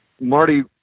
Marty